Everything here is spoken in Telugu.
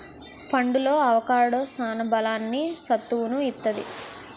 పండులో అవొకాడో సాన బలాన్ని, సత్తువును ఇత్తది